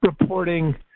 reporting